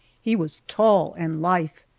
he was tall and lithe,